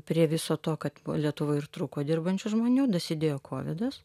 prie viso to kad lietuvoj ir trūko dirbančių žmonių dasidėjo kovidas